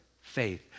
faith